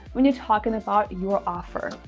when you're talking about your offer.